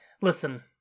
Listen